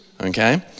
okay